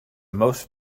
most